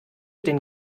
den